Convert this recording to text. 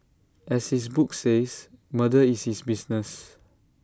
as his book says murder is his business